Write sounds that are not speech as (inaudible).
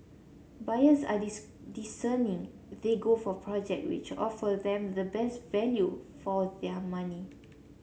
buyers are (unintelligible) discerning they go for project which offer them the best value for their money